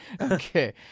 Okay